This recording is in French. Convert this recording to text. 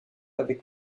avec